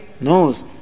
knows